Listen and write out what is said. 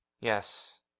Yes